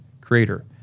creator